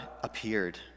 appeared